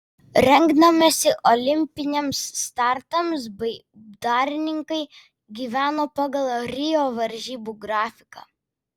rengdamiesi olimpiniams startams baidarininkai gyveno pagal rio varžybų grafiką